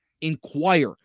inquire